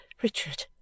Richard